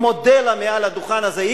אני מודה לה מהדוכן הזה.